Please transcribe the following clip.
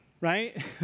right